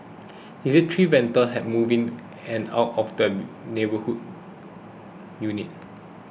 he said three vendors had moved in and out of the neighbouring unit